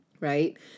right